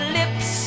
lips